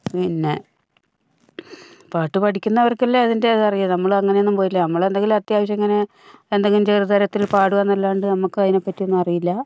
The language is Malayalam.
പിന്നെ പാട്ട് പഠിക്കുന്നവർക്കല്ലേ അതിന്റെ അതറിയൂ നമ്മൾ അങ്ങനെയൊന്നും പോയിട്ടില്ല നമ്മൾ എന്തെങ്കിലും അത്യാവശ്യം ഇങ്ങനെ എന്തെങ്കിലും ചെറു തരത്തിൽ പാടുകയെന്നല്ലാണ്ട് നമ്മൾക്ക് അതിനെപ്പറ്റി ഒന്നും അറിയില്ല